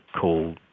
call